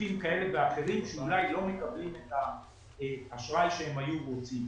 גופים כאלה ואחרים שאולי לא מקבלים את האשראי שהם היו רוצים,